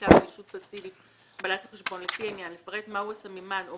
ישות פסיבית בעלת החשבון לפי העניין לפרט מהו הסממן או